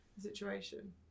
situation